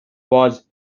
was